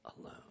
alone